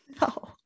No